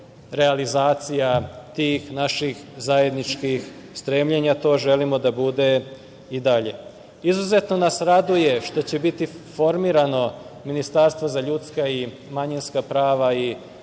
realizacija tih naših zajedničkih stremljenja. To želimo da bude i dalje. Izuzetno nas raduje što će biti formirano Ministarstvo za ljudska i manjinska prava i